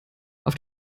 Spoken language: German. auf